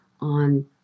on